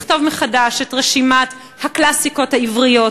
לכתוב מחדש את רשימת הקלאסיקות העבריות,